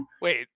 Wait